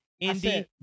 Indy